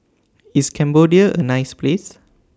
IS Cambodia A nice Place